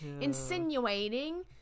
insinuating